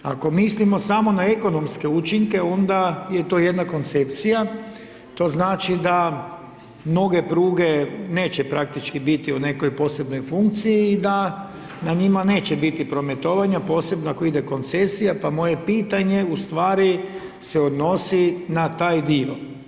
Ako mislimo samo na ekonomske učinke, onda je to jedna koncepcija, to znači da mnoge pruge neće praktički biti u nekoj posebnoj funkciji i da na njima neće biti prometovanja, posebno ako ide koncesija, pa moje pitanje u stvari se odnosi na taj dio.